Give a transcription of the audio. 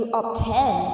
obtain